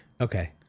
Okay